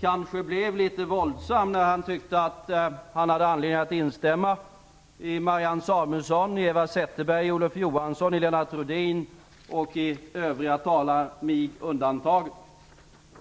kanske blev litet våldsam när han tyckte att han hade anledning att instämma i vad Marianne Samuelsson, Eva Zetterberg, Olof Johansson, Lennart Rohdin och övriga talare - mig undantagen - sade.